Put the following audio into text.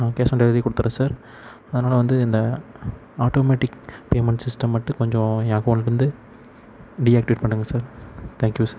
ah cash on delivery கொடுத்துட்றேன் sir அதனால் வந்து இந்த ஆட்டோமேட்டிக் பேமண்ட் சிஸ்டம் மட்டும் கொஞ்சம் ஏ அகௌண்ட்லருந்து டீஆக்டிவேட் பண்ணுங்க சார் தேங்க்யூ சார்